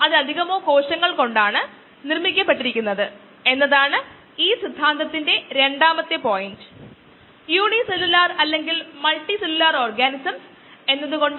ഇവിടെ കാണിച്ചിരിക്കുന്നത് നമ്മുടെ ലാബിൽ നിന്നുള്ള നമ്മുടെ സ്വന്തം ഡാറ്റയാണ് വളരെക്കാലം മുമ്പ് ഇത് മൊത്തം കോശങ്ങളുടെ ഏകാഗ്രതയാണ്